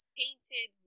painted